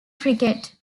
cricket